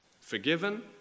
Forgiven